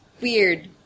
weird